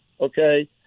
okay